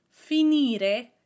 Finire